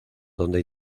donde